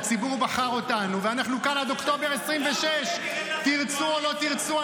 הציבור בחר אותנו ואנחנו כאן עד אוקטובר 2026. תרצו או לא תרצו,